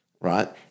right